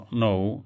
no